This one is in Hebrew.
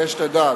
זה שתדע,